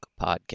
podcast